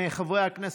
חברי הכנסת,